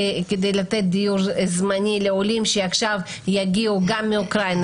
כדי לתת דיור זמני לעולים שעכשיו יגיעו גם מאוקראינה,